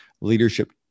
leadership